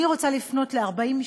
אני רוצה לפנות ל-40 משפחות,